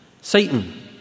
Satan